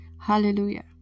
Hallelujah